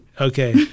okay